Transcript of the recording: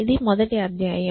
ఇది మొదటి అధ్యాయం